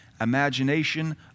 imagination